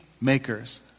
makers